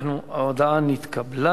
וההודעה נתקבלה.